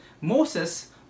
moses